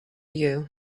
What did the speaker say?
you